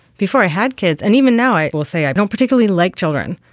before i had kids and even now i will say i don't particularly like children.